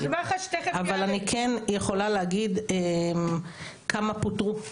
אבל אני כן יכולה להגיד כמה פוטרו.